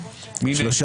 הצבעה לא